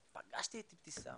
פגשתי את אבתיסאם,